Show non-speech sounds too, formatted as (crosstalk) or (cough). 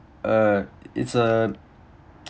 uh it's a (noise)